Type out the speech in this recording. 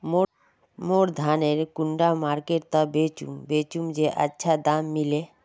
मोर धानेर कुंडा मार्केट त बेचुम बेचुम जे अच्छा दाम मिले?